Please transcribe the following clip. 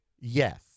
yes